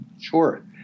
Sure